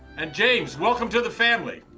and james, welcome to the family!